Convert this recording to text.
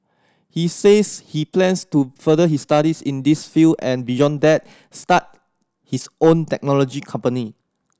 he says he plans to further his studies in this field and beyond that start his own technology company